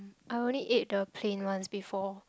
I only ate the plain ones before